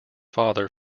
father